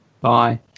bye